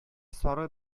сары